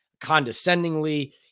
condescendingly